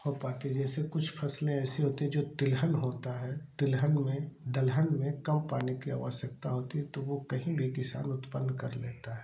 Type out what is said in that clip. हो पाती जैसे कुछ फसलें ऐसी होती हैं जो तिलहन होता है तिलहन में दलहन में कम पानी की आवश्यकता होती है तो वो कहीं भी किसान उत्पन्न कर लेता है